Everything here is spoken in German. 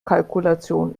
kalkulation